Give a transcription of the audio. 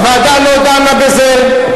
הוועדה לא דנה בזה,